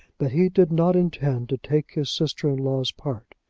that he did not intend to take his sister-in-law's part.